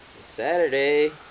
Saturday